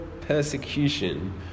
persecution